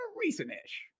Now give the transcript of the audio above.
recent-ish